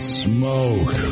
smoke